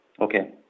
Okay